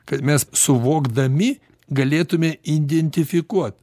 kad mes suvokdami galėtume identifikuot